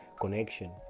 Connection